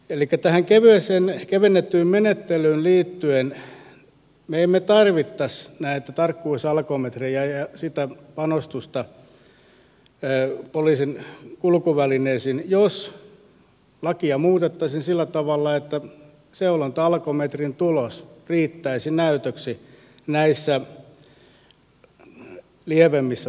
elikkä tähän kevennettyyn menettelyyn liittyen me emme tarvitsisi näitä tarkkuusalkometrejä ja sitä panostusta poliisin kulkuvälineisiin jos lakia muutettaisiin sillä tavalla että seulonta alkometrin tulos riittäisi näytöksi näissä lievemmissä tapauksissa